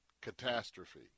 catastrophe